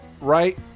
right